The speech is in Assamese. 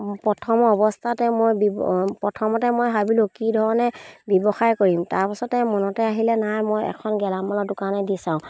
প্ৰথম অৱস্থাতে মই বি প্ৰথমতে মই ভাবিলোঁ কি ধৰণে ব্যৱসায় কৰিম তাৰপাছতে মনতে আহিলে নাই মই এখন গেলামালৰ দোকানে দি চাওঁ